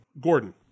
gordon